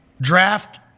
Draft